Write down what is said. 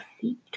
feet